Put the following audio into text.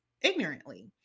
ignorantly